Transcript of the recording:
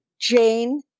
Jane